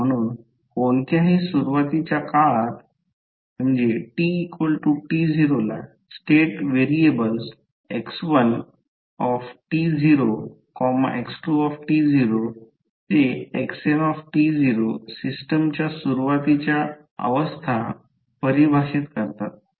म्हणून कोणत्याही सुरुवातीच्या काळात t t0 स्टेट व्हेरिएबल x1x2xnसिस्टमच्या सुरुवातीच्या अवस्था परिभाषित करतात